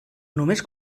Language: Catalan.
només